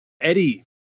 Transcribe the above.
Eddie